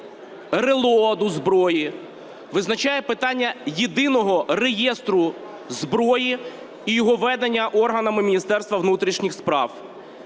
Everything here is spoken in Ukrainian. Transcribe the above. реле до зброї, визначає питання єдиного реєстру зброї і його ведення органами Міністерства внутрішніх справ.